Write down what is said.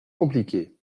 compliquée